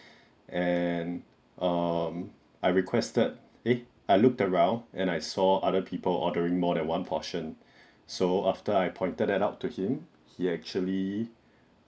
and um I requested eh I looked around and I saw other people ordering more than one portion so after I pointed that out to him he actually